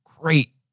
great